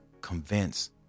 convince